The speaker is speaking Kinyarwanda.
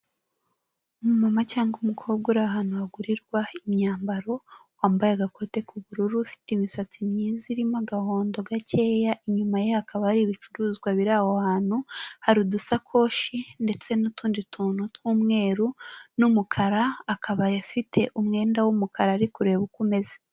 Umumama cyangwa umukobwa uri ahantu hagurirwa imyambaro, wambaye agakote k'ubururu, ufite imisatsi myiza irimo agahondo gakeya, inyuma ye hakaba hari ibicuruzwa biri aho hantu, hari udusakoshi ndetse n'utundi tuntu tw'umweru n'umukara, akaba afite umwenda w'umukara ari kureba uko umeze